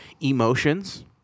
emotions